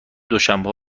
دوشنبه